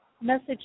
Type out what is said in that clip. message